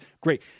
Great